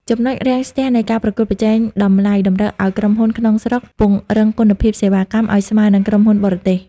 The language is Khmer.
ចំណុចរាំងស្ទះនៃ "ការប្រកួតប្រជែងតម្លៃ" តម្រូវឱ្យក្រុមហ៊ុនក្នុងស្រុកពង្រឹងគុណភាពសេវាកម្មឱ្យស្មើនឹងក្រុមហ៊ុនបរទេស។